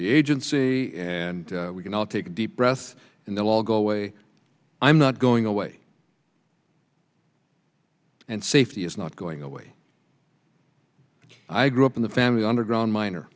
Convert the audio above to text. the agency and we can all take a deep breath and they'll all go away i'm not going away and safety is not going away i grew up in the family underground min